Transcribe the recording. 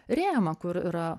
rėmą kur yra